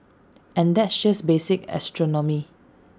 and that's just basic astronomy